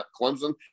Clemson